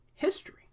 history